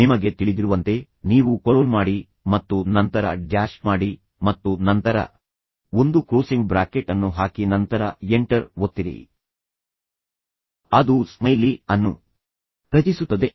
ನಿಮಗೆ ತಿಳಿದಿರುವಂತೆ ನೀವು ಕೊಲೊನ್ ಮಾಡಿ ಮತ್ತು ನಂತರ ಡ್ಯಾಶ್ ಮಾಡಿ ಮತ್ತು ನಂತರ ಒಂದು ಕ್ಲೋಸಿಂಗ್ ಬ್ರಾಕೆಟ್ ಅನ್ನು ಹಾಕಿ ನಂತರ ಎಂಟರ್ ಒತ್ತಿರಿ ಅದು ಸ್ಮೈಲಿ ಅನ್ನು ರಚಿಸುತ್ತದೆ